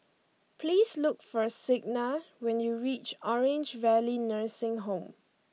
please look for Signa when you reach Orange Valley Nursing Home